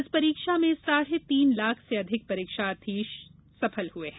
इस परीक्षा में साढे तीन लाख से अधिक परीक्षार्थी सफल हुए हैं